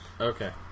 Okay